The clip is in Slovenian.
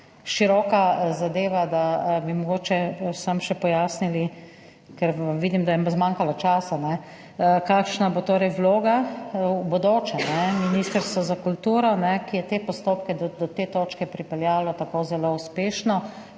široka zadeva, da bi mogoče samo še pojasnili, ker vidim, da jim bo zmanjkalo časa: Kašna bo torej v bodoče vloga Ministrstva za kulturo, ki je te postopke do te točke pripeljalo tako zelo uspešno?